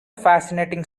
fascinating